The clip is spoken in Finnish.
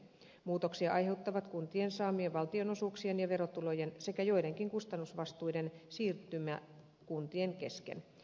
muutoksia aiheuttavat kuntien saamien valtionosuuksien ja verotulojen sekä joidenkin kustannusvastuiden siirtymä kuntien kesken